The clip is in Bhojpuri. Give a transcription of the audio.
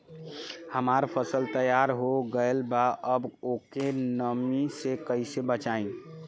हमार फसल तैयार हो गएल बा अब ओके नमी से कइसे बचाई?